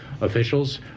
officials